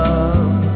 Love